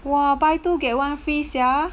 !wah! buy two get one free sia